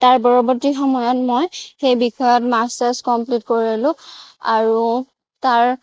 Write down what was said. তাৰ পৰৱৰ্তী সময়ত মই সেই বিষয়ত মাষ্টাৰচ কমপ্লিট কৰিলোঁ আৰু তাৰ